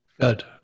Good